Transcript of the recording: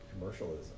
commercialism